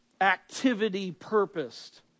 activity-purposed